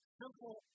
simple